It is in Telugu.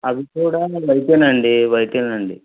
అవి కూడా వైటేనా అండి వైటేనా అండి